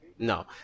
No